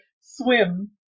swim